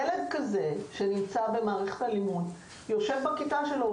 ילד כזה, שנמצא במערכת הלימוד, יושב בכיתה שלו.